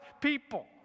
people